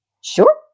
Sure